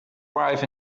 arrive